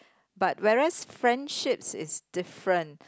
but whereas friendships is different